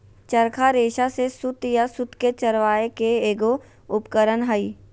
चरखा रेशा से सूत या सूत के चरावय के एगो उपकरण हइ